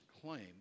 claim